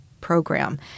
program